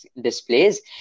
displays